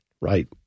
Right